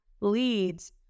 leads